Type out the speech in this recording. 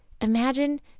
Imagine